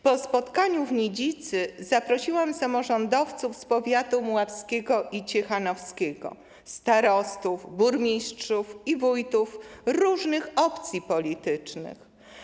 Po spotkaniu w Nidzicy zaprosiłam samorządowców z powiatów mławskiego i ciechanowskiego, starostów, burmistrzów i wójtów różnych opcji politycznych.